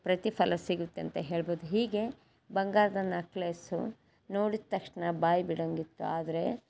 ಪ್ರತಿಫಲ ಸಿಗುತ್ತೆ ಅಂತ ಹೇಳ್ಬೋದು ಹೀಗೆ ಬಂಗಾರದ ನಕ್ಲೆಸ್ಸು ನೋಡಿದ ತಕ್ಷಣ ಬಾಯಿ ಬಿಡೋಂಗಿತ್ತು ಆದರೆ